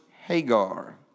Hagar